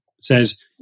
says